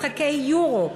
משחקי "יורו"